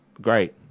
Great